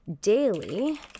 daily